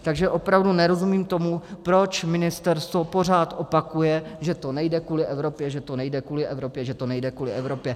Takže opravdu nerozumím tomu, proč ministerstvo pořád opakuje, že to nejde kvůli Evropě, že to nejde kvůli Evropě, že to nejde kvůli Evropě.